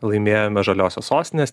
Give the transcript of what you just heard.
laimėjome žaliosios sostinės